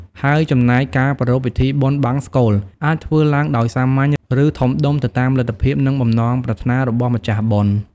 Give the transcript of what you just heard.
ហើយចំណែកការប្រារព្វពិធីបុណ្យបង្សុកូល អាចធ្វើឡើងដោយសាមញ្ញ ឬធំដុំ ទៅតាមលទ្ធភាព និងបំណងប្រាថ្នារបស់ម្ចាស់បុណ្យ។